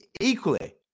equally